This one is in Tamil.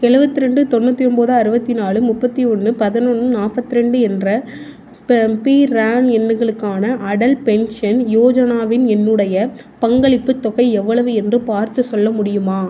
எழுபத்து ரெண்டு தொண்ணூற்றி ஒம்பது அறுபத்தி நாலு முப்பத்து ஒன்று பதினொன்று நாற்பத்தி ரெண்டு என்ற பிரான் எண்ணுகளுக்கான அடல் பென்ஷன் யோஜனாவில் என்னுடைய பங்களிப்புத் தொகை எவ்வளவு என்று பார்த்துச் சொல்ல முடியுமா